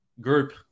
group